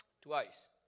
Twice